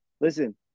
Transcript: listen